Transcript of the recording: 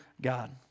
God